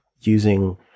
using